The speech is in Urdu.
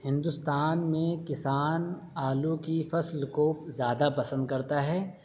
ہندوستان میں کسان آلو کی فصل کو زیادہ پسند کرتا ہے